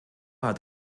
hat